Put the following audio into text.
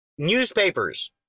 Newspapers